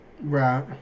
Right